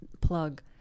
plug